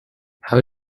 how